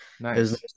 nice